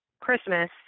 Christmas –